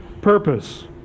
purpose